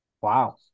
Wow